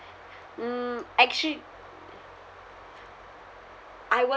mm actually I was